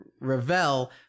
Ravel